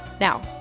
Now